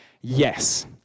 yes